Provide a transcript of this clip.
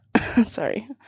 Sorry